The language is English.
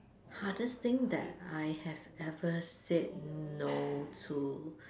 hardest thing that I have ever said no to